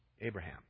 Abraham